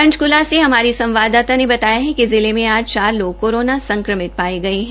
पंचकूला से हमारी संवदाता ने बताया है कि जिले मे आज चार लोग कोरोना संक्रमित पाये गये है